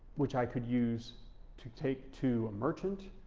which i could use to take to a merchant